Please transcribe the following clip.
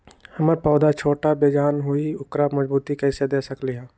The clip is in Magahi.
हमर पौधा छोटा बेजान हई उकरा मजबूती कैसे दे सकली ह?